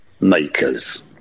makers